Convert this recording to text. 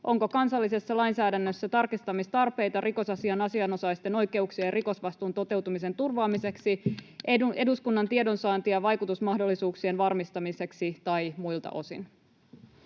onko kansallisessa lainsäädännössä tarkistamistarpeita rikosasian asianosaisten oikeuksien ja rikosvastuun toteutumisen turvaamiseksi, eduskunnan tiedonsaanti- ja vaikutusmahdollisuuksien varmistamiseksi tai muilta osin.”